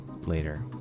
later